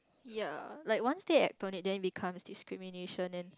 ya like one stay at the becomes a discrimination then